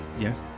yes